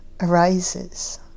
arises